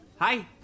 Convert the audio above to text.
Hi